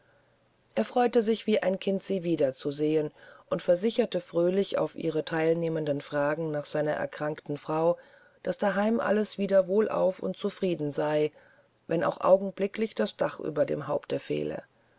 er freute sich wie ein kind sie wiederzusehen und versicherte fröhlich auf ihre teilnehmenden fragen nach seiner erkrankten frau daß daheim alles wieder wohlauf und zufrieden sei wenn auch augenblicklich das dach über dem haupte fehle